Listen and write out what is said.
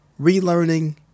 relearning